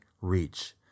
reach